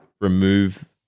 remove